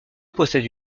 possède